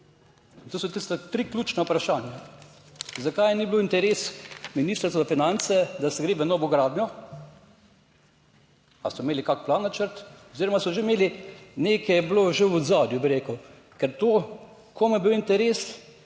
to so tista tri ključna vprašanja. Zakaj ni bil interes Ministrstva za finance, da se gre v novogradnjo? Ali so imeli kak plan, načrt oziroma so že imeli, nekaj je bilo že v ozadju, bi rekel, ker to komu je bil interes,